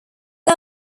are